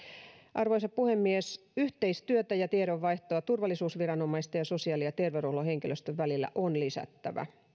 arvoisa puhemies yhteistyötä ja tiedonvaihtoa turvallisuusviranomaisten ja sosiaali ja terveyshuollon henkilöstön välillä on lisättävä